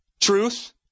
truth